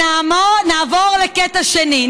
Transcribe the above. נעבור לקטע שני.